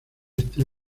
este